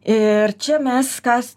ir čia mes kas